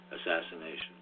assassination